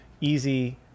easy